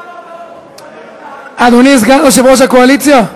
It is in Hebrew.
אדוני סגן יושב-ראש הקואליציה.